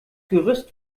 gerüst